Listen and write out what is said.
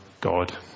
God